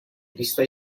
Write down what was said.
trista